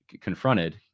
confronted